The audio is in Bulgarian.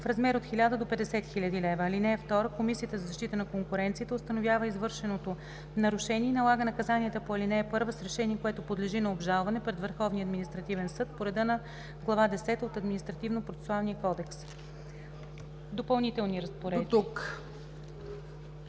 в размер от 1000 до 50 000 лв. (2) Комисията за защита на конкуренцията установява извършеното нарушение и налага наказанията по ал. 1 с решение, което подлежи на обжалване пред Върховния административен съд по реда на Глава десета от Административнопроцесуалния кодекс.“ ПРЕДСЕДАТЕЛ ЦЕЦКА